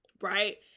right